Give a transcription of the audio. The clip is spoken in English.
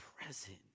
present